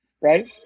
right